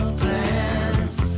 plans